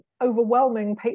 overwhelming